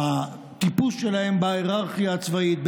הטיפוס שלהן בהיררכיה הצבאית,